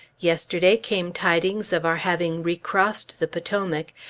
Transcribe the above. yesterday came tidings of our having recrossed the potomac,